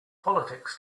politics